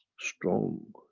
strong.